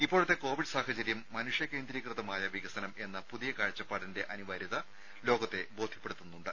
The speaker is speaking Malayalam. ഇപ്പോഴത്തെ കോവിഡ് സാഹചര്യം മനുഷ്യ കേന്ദ്രീകൃതമായ വികസനം എന്ന പുതിയ കാഴ്ചപ്പാടിന്റെ അനിവാര്യത ലോകത്തെ ബോധ്യപ്പെടുത്തുന്നുണ്ട്